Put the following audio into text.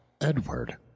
Edward